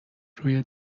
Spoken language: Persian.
روی